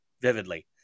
vividly